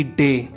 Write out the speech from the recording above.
day